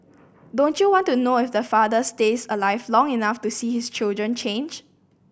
don't you want to know if the father stays alive long enough to see his children change